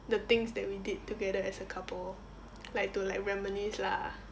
the things that we did together as a couple like to like reminisce lah